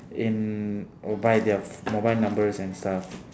in by their mobile numbers and stuff